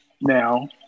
now